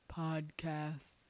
podcasts